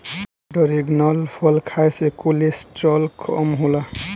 dragon फल खाए से कोलेस्ट्राल कम होला